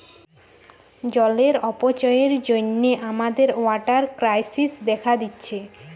জলের অপচয়ের জন্যে আমাদের ওয়াটার ক্রাইসিস দেখা দিচ্ছে